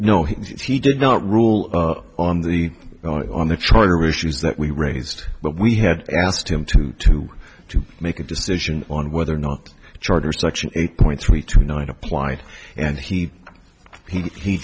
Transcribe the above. no he did not rule on the on the charter issues that we raised but we had asked him to to to make a decision on whether or not charter section eight point three to nine apply and he he